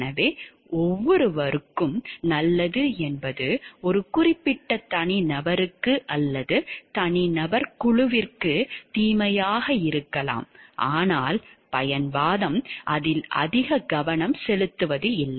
எனவே ஒவ்வொருவருக்கும் நல்லது என்பது ஒரு குறிப்பிட்ட தனிநபருக்கு அல்லது தனி நபர் குழுவிற்கு தீமையாக இருக்கலாம் ஆனால் பயன் வாதம் அதில் அதிக கவனம் செலுத்துவதில்லை